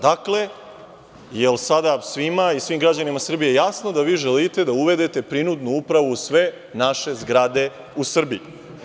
Dakle, da li je sada svima, svim građanima Srbije jasno da vi želite da uvedete prinudnu upravu u sve naše zgrade u Srbiji?